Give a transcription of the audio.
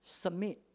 submit